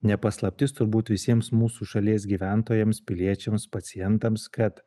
ne paslaptis turbūt visiems mūsų šalies gyventojams piliečiams pacientams kad